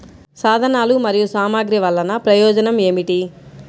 సాధనాలు మరియు సామగ్రి వల్లన ప్రయోజనం ఏమిటీ?